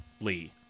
Lee